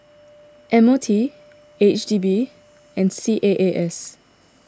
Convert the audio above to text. M O T H D B and C A A S